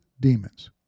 demons